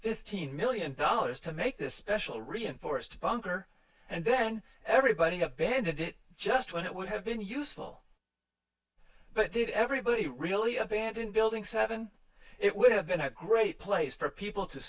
this teen million dollars to make this special reinforced bunker and then everybody abandoned it just when it would have been useful but did everybody really abandoned building seven it would have been a great place for people to